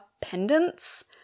pendants